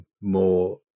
more